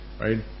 Right